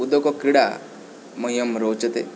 उदकक्रीडा मह्यं रोचते